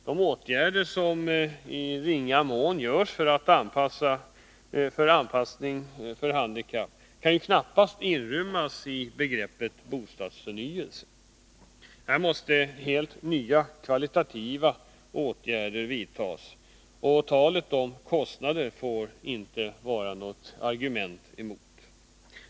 De åtgärder som i ringa mån vidtas för anpassning till handikapp kan knappast inrymmas i begreppet bostadsförnyelse. Här måste helt nya kvalitativa åtgärder vidtas, och talet om kostnader får inte vara något argument emot.